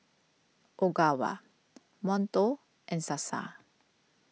Ogawa Monto and Sasa